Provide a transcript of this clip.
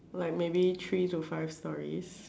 like maybe three to five storeys